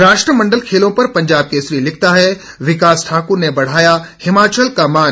राष्ट्रमंडल खेलों पर पंजाब केसरी लिखता है विकास ठाक्र ने बढ़ाया हिमाचल का मान